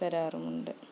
തരാറുമുണ്ട്